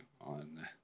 on